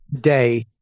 day